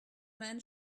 man